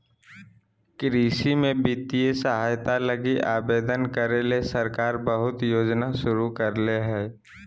कृषि में वित्तीय सहायता लगी आवेदन करे ले सरकार बहुत योजना शुरू करले हइ